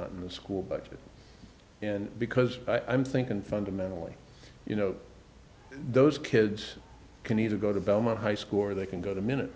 not in the school budget and because i'm thinking fundamentally you know those kids can either go to belmont high school or they can go to minot